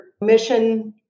mission